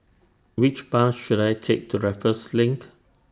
Which Bus should I Take to Raffles LINK